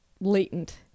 latent